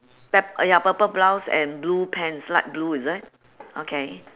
pa~ ya purple blouse and blue pants light blue is it okay